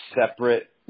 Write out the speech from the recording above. separate